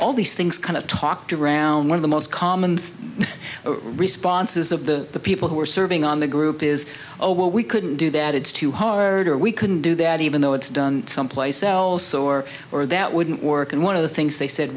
all these things kind of talked around one of the most common responses of the people who are serving on the group is oh well we couldn't do that it's too hard or we couldn't do that even though it's done someplace else or or that wouldn't work and one of the things they said